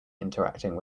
interacting